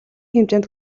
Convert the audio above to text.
хэмжээнд